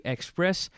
Express